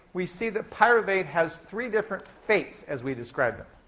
we see that pyruvate has three different fates, as we describe them,